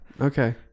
okay